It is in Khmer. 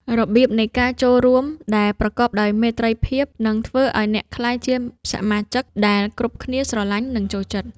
របៀបនៃការចូលរួមដែលប្រកបដោយមេត្រីភាព នឹងធ្វើឱ្យអ្នកក្លាយជាសមាជិកដែលគ្រប់គ្នាស្រឡាញ់ និងចូលចិត្ត។